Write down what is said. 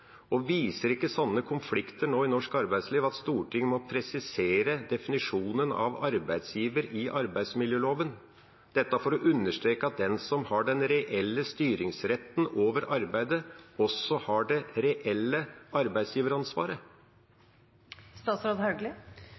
Viser ikke sånne konflikter i norsk arbeidsliv at Stortinget må presisere definisjonen av arbeidsgiver i arbeidsmiljøloven – dette for å understreke at den som har den reelle styringsretten over arbeidet, også har det reelle